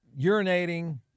urinating